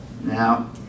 Now